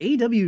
AW